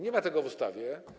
Nie ma tego w ustawie.